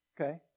Okay